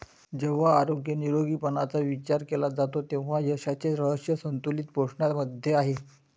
जेव्हा आरोग्य निरोगीपणाचा विचार केला जातो तेव्हा यशाचे रहस्य संतुलित पोषणामध्ये आहे